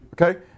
Okay